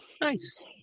Nice